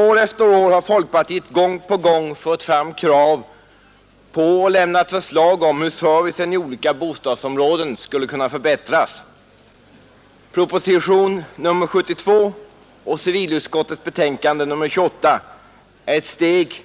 Är efter år har folkpartiet gång på gång fört fram krav på att servicen i olika bostadsområden skulle förbättras och lämnat förslag till hur det skulle kunna ske. Proposition nr 72 och civilutskottets betänkande nr 28 är ett steg